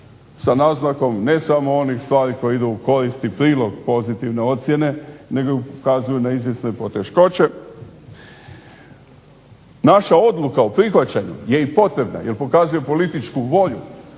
sa naznakom ne samo onih stvari koje idu u korist i prilog pozitivne ocjene nego i ukazuju na izvjesne poteškoće. Naša odluka o prihvaćanju je i potrebna jer pokazuje političku volju,